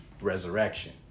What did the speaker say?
resurrection